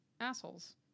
assholes